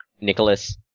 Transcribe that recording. Nicholas